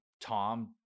Tom